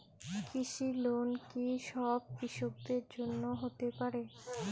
কৃষি লোন কি সব কৃষকদের জন্য হতে পারে?